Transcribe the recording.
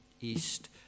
East